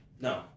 No